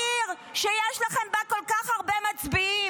העיר שבה יש לכם כל כך הרבה מצביעים,